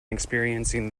experiencing